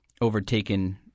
overtaken